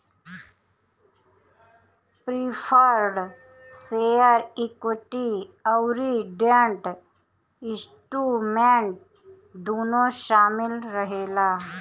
preferred share equity अउरी debt instrument दूनो शामिल रहेला